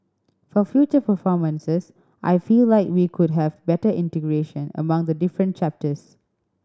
for future performances I feel like we could have better integration among the different chapters